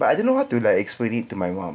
but I don't know how to like explain it to my mum